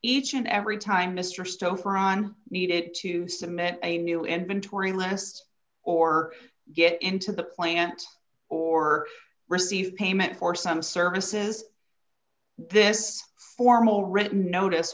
each and every time mr stouffer on need it to submit a new inventory list or get into the plant or receive payment for some services this formal written notice